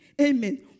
Amen